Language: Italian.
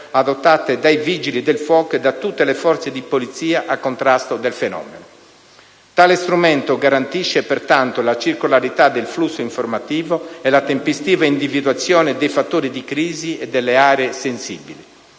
adottate dai Vigili del fuoco e da tutte le forze di polizia a contrasto del fenomeno. Tale strumento garantisce pertanto la circolarità del flusso informativo e la tempestiva individuazione dei fattori di crisi e delle aree sensibili.